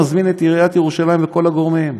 ומזמין את עיריית ירושלים ואת כל הגורמים.